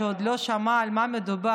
שעוד לא שמע על מה מדובר,